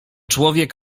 człowiek